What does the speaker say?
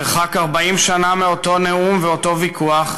מרחק 40 שנה מאותו נאום ואותו ויכוח,